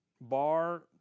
Bar